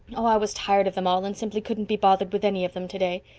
oh, i was tired of them all and simply couldn't be bothered with any of them today.